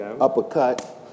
uppercut